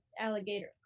alligator